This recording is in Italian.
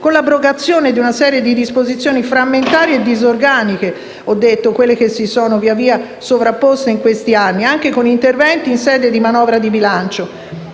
con l'abrogazione di una serie di disposizioni frammentarie e disorganiche, come ho detto, quelle che si sono via via sovrapposte in questi anni, anche con interventi in sede di manovra di bilancio,